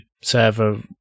server